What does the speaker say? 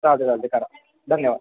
चालतं आहे चालतं आहे करा धन्यवाद